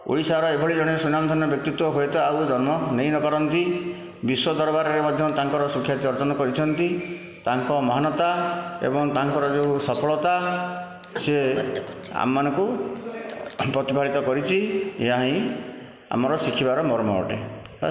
ଓଡ଼ିଶାର ଏଭଳି ଜଣେ ସୁନାମ ଧନ୍ୟ ବ୍ୟକ୍ତିତ୍ୱ ହୁଏତ ଆଉ ଜନ୍ମ ନେଇ ନ ପାରନ୍ତି ବିଶ୍ୱ ଦରବାର ରେ ମଧ୍ୟ ତାଙ୍କର ସୁଖ୍ୟାତ ଅର୍ଜନ କରିଛନ୍ତି ତାଙ୍କ ମାନଟା ଏବଂ ତାଙ୍କର ଯେଉଁ ସଫଳତା ସିଏ ଆମ ମାନଙ୍କୁ ପ୍ରତିଫଳିତ କରିଛି ଏହା ହିଁ ଆମର ଶିଖିବାର ମର୍ମ ଅଟେ